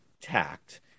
tact